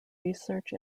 research